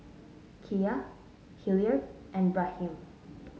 Kya Hilliard and Raheem